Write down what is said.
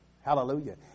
Hallelujah